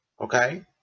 okay